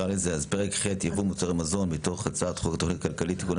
פרק ח' (יבוא מוצרי מזון) מתוך הצעת חוק התכנית הכלכלית (תיקוני